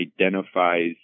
identifies